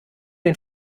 den